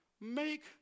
make